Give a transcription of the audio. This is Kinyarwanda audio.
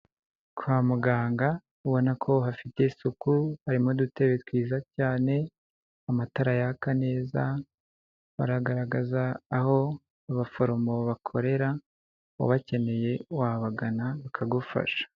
Kwa muganga ubona ko hafite isuku, harimo udutebe twiza cyane, amatara yaka neza baragaragaza aho abaforomo bakorera ubakeneye wabagana bakagufasha.